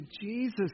Jesus